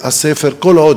בתי-הספר, כל עוד